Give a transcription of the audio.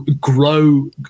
grow